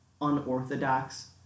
unorthodox